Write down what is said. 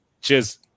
Cheers